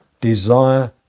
Desire